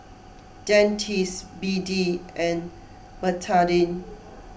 Dentiste B D and Betadine